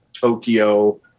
Tokyo